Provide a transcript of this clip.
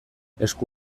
esku